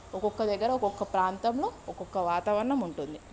ఒక్కొక్క దగ్గర ఒక్కొక్క ప్రాంతంలో ఒక్కొక్క వాతావరణం ఉంటుంది